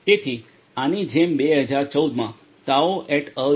તેથી આની જેમ 2014 માં તાઓ એટ અલet al